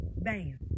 bam